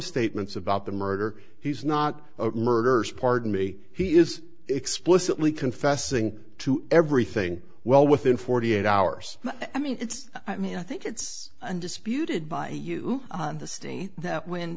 statements about the murder he's not a murderer pardon me he is explicitly confessing to everything well within forty eight hours i mean it's i mean i think it's undisputed by you the state that when